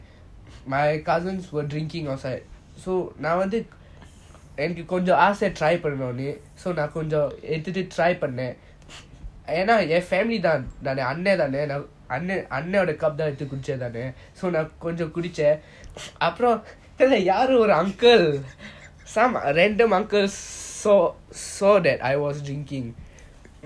my cousins were drinking outside so நான் வந்து என்னக்கு கொஞ்சம் ஆச:naan vanthu ennaku konjam aasa try பண்ணனும்னு நான் கொஞ்சம் எடுத்துட்டு:pannanumnu naan konjam eaduthutu try பண்ணன் என்ன ஏன்:pannan enna yean family தான் நானு அன்னான் தான் அன்னான் அன்னையோட:thaan naanu annan thaan annan annaoda cup தான் எடுத்து குடிச்சான் நானு நான் கொஞ்சம் குடிச்சான் அப்புறம் தெரில யாரோ ஒரு:thaan yeaduthu kudichan naanu naan konjam kudichan apram terila yaaro oru uncle some random uncles saw saw that I was drinking